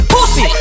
Pussy